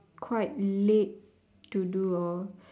quite late to do or